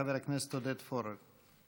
חבר הכנסת עודד פורר.